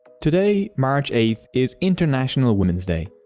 today, march eighth is international women's day.